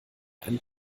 einen